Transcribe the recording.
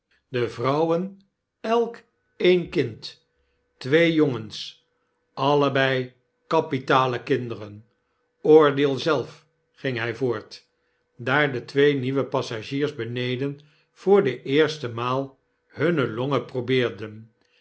de vrouwen elk een kind twee jongens allebei kapitale kinderen oordeel zelf ging hy voort daar de twee nieuwe passagiers beneden voor de eerste maal hunne longen probeerden